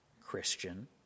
Christian